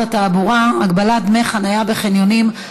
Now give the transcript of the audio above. התעבורה (הגבלת דמי חניה בחניונים),